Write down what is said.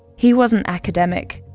he wasn't academic.